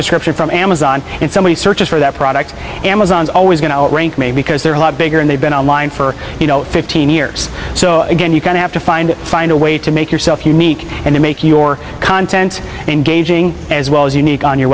description from amazon so many searches for that product amazon's always going to me because they're a lot bigger and they've been online for you know fifteen years so again you can have to find find a way to make yourself unique and to make your content engaging as well as unique on your